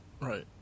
Right